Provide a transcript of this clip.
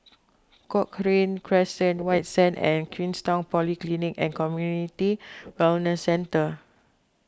Cochrane Crescent White Sands and Queenstown Polyclinic and Community Wellness Centre